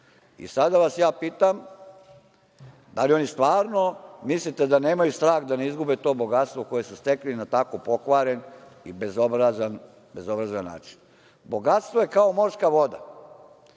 Sada vas ja pitam, da li oni stvarno mislite da nemaju strah da ne izgube to bogatstvo koje su stekli na tako pokvaren i bezobrazan način. Bogatstvo je kao morska voda,